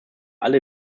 alle